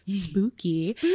Spooky